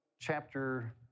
chapter